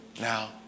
now